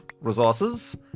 resources